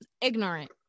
ignorant